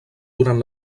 durant